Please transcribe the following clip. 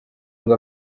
ngo